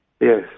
Yes